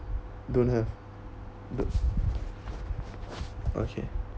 don't have do okay